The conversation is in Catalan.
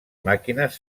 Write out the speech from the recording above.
màquines